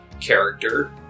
character